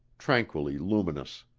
tranquilly luminous.